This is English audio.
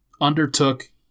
undertook